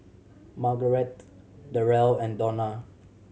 Margarete Derrell and Donna